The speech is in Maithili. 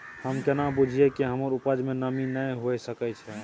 हम केना बुझीये कि हमर उपज में नमी नय हुए सके छै?